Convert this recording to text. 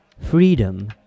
Freedom